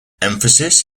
emphasis